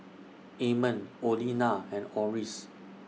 Amon Orlena and Oris